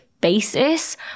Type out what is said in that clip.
basis